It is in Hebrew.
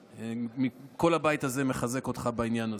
כל הבית מחזק אותך בעניין הזה.